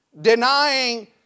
denying